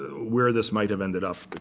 where this might have ended up,